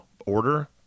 order